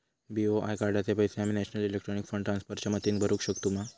BOI कार्डाचे पैसे आम्ही नेशनल इलेक्ट्रॉनिक फंड ट्रान्स्फर च्या मदतीने भरुक शकतू मा?